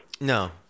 No